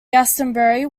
glastonbury